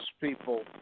people